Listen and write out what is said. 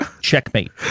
Checkmate